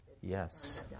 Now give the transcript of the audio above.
Yes